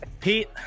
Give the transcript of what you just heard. Pete